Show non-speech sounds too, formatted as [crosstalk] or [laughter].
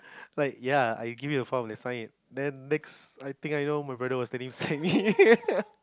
like ya I give me the form I signed it then next I think know my brother was standing beside me [laughs]